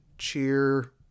cheer